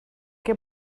que